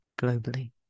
globally